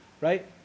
right